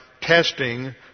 testing